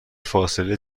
فاصله